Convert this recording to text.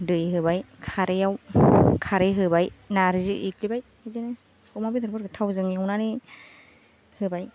दै होबाय खारैआव खारै होबाय नारजि एग्लिबाय बिदिनो अमा बेदरफोरखौ थावजों एवनानै होबाय